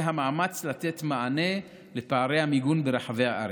המאמץ לתת מענה לפערי המיגון ברחבי הארץ.